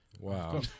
Wow